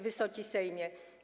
Wysoki Sejmie!